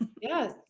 Yes